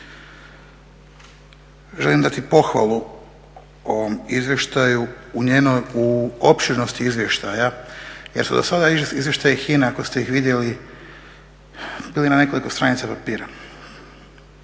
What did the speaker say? Želim dati pohvalu ovom izvještaju, u opširnosti izvještaja, jer su dosada izvještaji HINA-e ako ste ih vidjeli bili na nekoliko stranica papira.